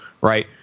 right